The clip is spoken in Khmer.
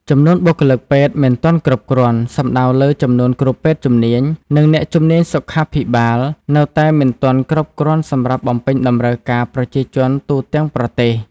ចំនួនបុគ្គលិកពេទ្យមិនទាន់គ្រប់គ្រាន់ សំដៅលើចំនួនគ្រូពេទ្យជំនាញ និងអ្នកជំនាញសុខាភិបាលនៅតែមិនទាន់គ្រប់គ្រាន់សម្រាប់បំពេញតម្រូវការប្រជាជនទូទាំងប្រទេស។